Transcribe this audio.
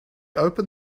opened